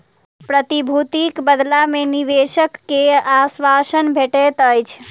प्रतिभूतिक बदला मे निवेशक के आश्वासन भेटैत अछि